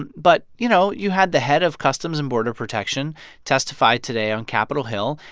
and but you know, you had the head of customs and border protection testify today on capitol hill.